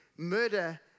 murder